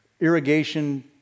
irrigation